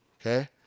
okay